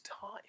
time